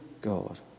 God